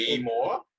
more